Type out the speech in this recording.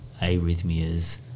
arrhythmias